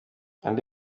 andi